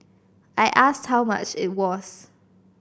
I asked how much it was